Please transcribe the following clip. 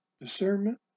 discernment